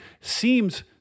Seems